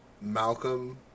Malcolm